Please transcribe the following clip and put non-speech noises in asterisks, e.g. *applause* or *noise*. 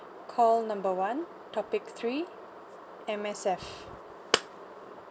call number one topic three M_S_F *noise*